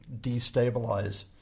destabilize